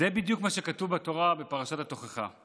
זה בדיוק מה שכתוב בתורה בפרשת התוכחה.